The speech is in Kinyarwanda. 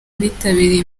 bitabiriye